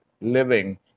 living